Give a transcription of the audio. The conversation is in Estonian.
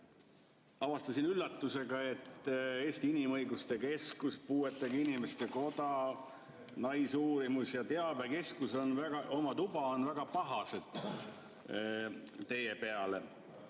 avastasin üllatusega, et Eesti Inimõiguste Keskus, Eesti Puuetega Inimeste Koda, Eesti Naisuurimus- ja Teabekeskus ning Oma Tuba on väga pahased teie peale.